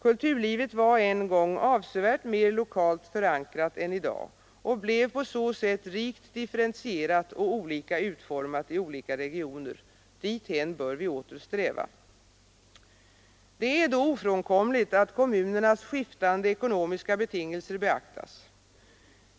Kulturlivet var en gång avsevärt mer lokalt förankrat än i dag och blev på så sätt rikt differentierat och olika utformat i olika regioner. Dithän bör vi åter sträva. Det är då ofrånkomligt att kommunernas skiftande ekonomiska betingelser beaktas.